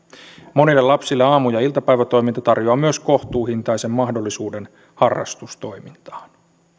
monille lapsille aamu ja iltapäivätoiminta tarjoaa myös kohtuuhintaisen mahdollisuuden harrastustoimintaan